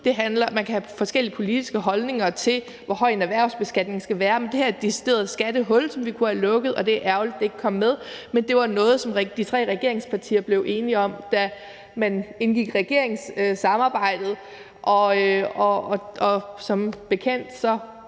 have lukket. Man kan have forskellige politiske holdninger til, hvor høj en erhvervsbeskatning skal være, men det her er et decideret skattehul, som vi kunne have lukket, og det er ærgerligt, at det ikke kom med. Men det var noget, som de tre regeringspartier blev enige om, da man indgik regeringssamarbejdet. Og som bekendt har